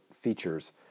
features